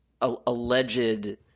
alleged